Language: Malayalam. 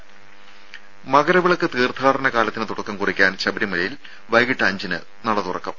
ദേദ മകരവിളക്ക് തീർത്ഥാടനകാലത്തിന് തുടക്കം കുറിയ്ക്കാൻ ശബരിമലയിൽ വൈകിട്ട് അഞ്ചിന് നട തുറക്കും